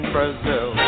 Brazil